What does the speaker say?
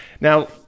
Now